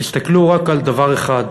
תסתכלו רק על דבר אחד,